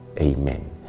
Amen